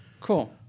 Cool